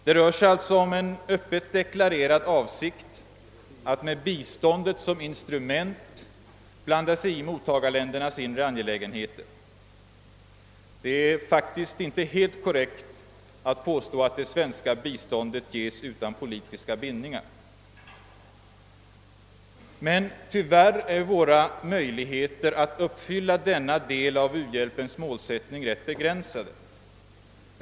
Det rör sig alltså om en öppet deklarerad avsikt att med biståndet som instrument blanda sig i mottagarländernas inre angelägenheter. Det är där för inte helt korrekt att påstå att det svenska biståndet ges utan politiska bindningar. Men tyvärr är våra möjligheter att uppfylla denna del av u-hjälpens målsättning ganska begränsade.